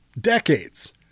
decades